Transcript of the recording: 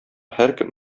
һәркем